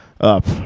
up